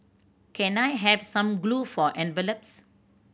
can I have some glue for envelopes